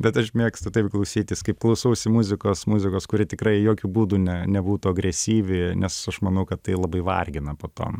bet aš mėgstu taip klausytis kaip klausausi muzikos muzikos kuri tikrai jokiu būdu ne nebūtų agresyvi nes aš manau kad tai labai vargina po to